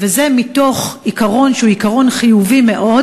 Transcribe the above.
וזה מתוך עיקרון שהוא עיקרון חיובי מאוד,